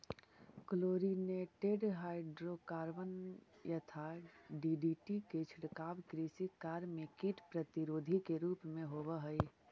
chlorinated hydrocarbon यथा DDT के छिड़काव कृषि कार्य में कीट प्रतिरोधी के रूप में होवऽ हई